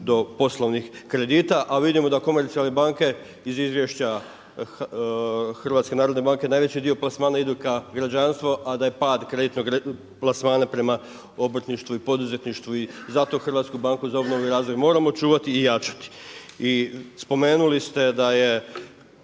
do poslovnih kredita. A vidimo da komercijalne banke iz izvješća HBOR-a, najveći dio plasmana ide ka građanstvu a da je pad kreditnog plasmana prema obrtništvu i poduzetništvu. I zato HBOR moramo čuvati i jačati. I spomenuli ste da je